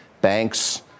banks